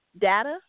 data